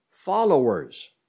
Followers